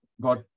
got